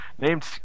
named